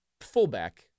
fullback